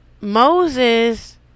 Moses